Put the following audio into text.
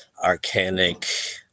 arcanic